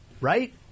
right